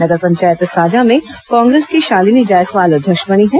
नगर पंचायत साजा में कांग्रेस की शालिनी जायसवाल अध्यक्ष बनी हैं